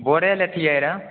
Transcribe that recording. बोड़े लेतियै रऽ